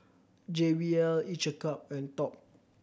J B L Each a Cup and Top